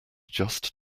just